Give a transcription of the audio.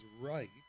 right